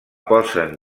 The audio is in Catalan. posen